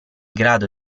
grado